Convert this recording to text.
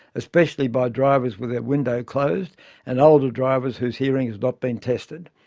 especially by drivers with their window closed and older drivers whose hearing has not been tested.